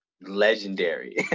legendary